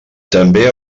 també